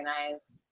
organized